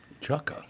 Chucka